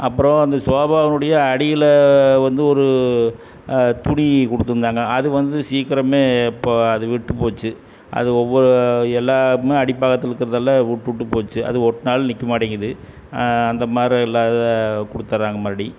அப்புறம் அந்த சோபாவினுடைய அடியில் வந்து ஒரு துணி கொடுத்துருந்தாங்க அது வந்து சீக்கிரமே இப்போ அது விட்டு போச்சு அது ஒவ் எல்லாமே அடி பாகத்தில் இருக்கிறதெல்லாம் விட்டு விட்டு போச்சு அது ஒட்டினாலும் நிற்க மாட்டேங்குது அந்த மாதிரி எல்லாம் கொடுத்தடுறாங்க மறுபடி